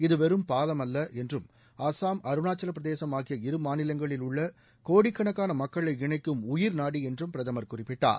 இது வெறும் பாலம் அல்ல என்றும் அஸ்ஸாம் அருணாச்சல பிரதேசம் ஆகிய இரு மாநிலங்களில் உள்ள கோடிக்கணக்கான மக்களை இணைக்கும் உயிர்நாடி என்றும் பிரதமர் குறிப்பிட்டார்